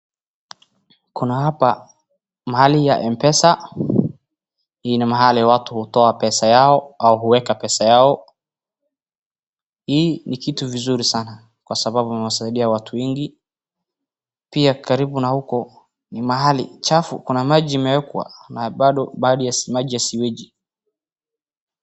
Kuna hapa mahali ya mpesa, hii ni mahali watu hutoa pesa yao au kueka pesa yao. Hii ni kitu vizuri sana kwa sababu inasaidia watu wengi, pia karibu na huku ni mahali chafu kuna maji imewekwa na bado maji ya siweji.